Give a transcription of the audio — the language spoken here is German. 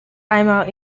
einmal